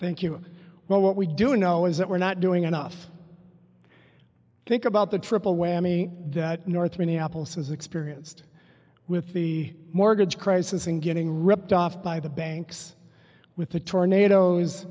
think you know what we do now is that we're not doing enough think about the triple whammy that north minneapolis has experienced with the mortgage crisis and getting ripped off by the banks with the tornado